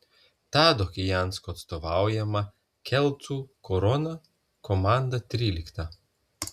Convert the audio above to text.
tado kijansko atstovaujama kelcų korona komanda trylikta